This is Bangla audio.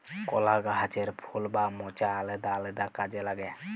কলা গাহাচের ফুল বা মচা আলেদা আলেদা কাজে লাগে